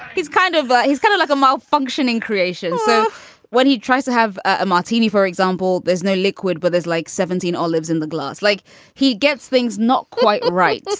he's kind of he's gonna like a malfunctioning creation. so what he tries to have a martini for example there's no liquid but there's like seventeen olives in the glass. like he gets things not quite right.